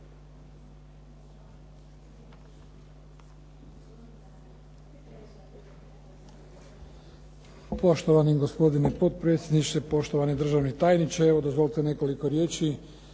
Poštovani gospodine potpredsjedniče, poštovani državni tajniče. Evo dozvolite nekoliko riječi